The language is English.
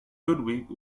ludwig